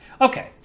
Okay